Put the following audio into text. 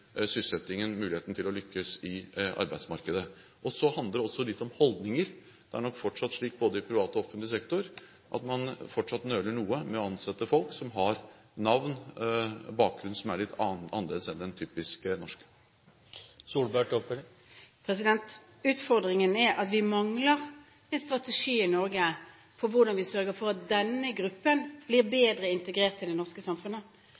sysselsettingen og muligheten til å lykkes i arbeidsmarkedet. Så handler det også litt om holdninger. Det er nok fortsatt slik, både i privat og offentlig sektor, at man nøler noe med å ansette folk som har navn og bakgrunn som er litt annerledes enn det typisk norske. Utfordringen er at vi i Norge mangler en strategi for hvordan denne gruppen blir bedre integrert i det norske samfunnet.